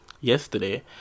yesterday